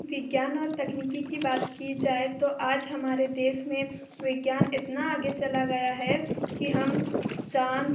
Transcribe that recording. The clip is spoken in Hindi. विज्ञान और तकनीकी कि बात की जाए तो आज हमारे देश में विज्ञान इतना आगे चला गया है कि हम चाँद